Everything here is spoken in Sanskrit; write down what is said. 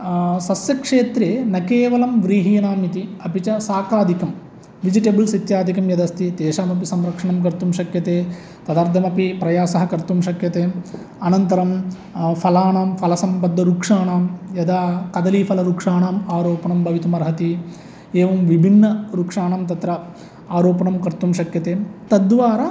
सस्यक्षेत्रे न केवलं व्रीहिणाम् इति अपि च शाकादिकं बेजिटेबिल्स् इत्यादिकं यदस्ति तेषाम् अपि संरक्षणं कर्तुं शक्यते तदर्थमपि प्रयासः कर्तुं शक्यते अनन्तरं फलानां फलसम्बद्धवृक्षाणां यदा कदलीफलवृक्षाणाम् आरोपणं भवितुम् अर्हति एवं विभिन्नवृक्षाणां तत्र आरोपणं कर्तुं शक्यते तद्वारा